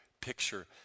picture